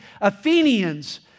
Athenians